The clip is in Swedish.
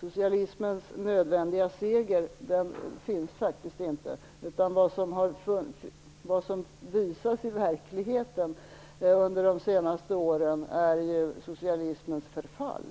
Socialismens nödvändiga seger finns faktiskt inte, utan vad som har visats i verkligheten under de senaste åren är socialismens förfall,